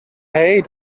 hey